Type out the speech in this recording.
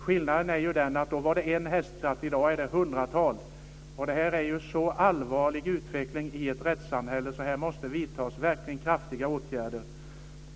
Skillnaden är den att det då var en hästkraft. I dag är det ett hundratal. Det här är en så allvarlig utveckling i ett rättssamhälle att det måste vidtas verkligt kraftfulla åtgärder.